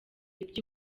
ibyo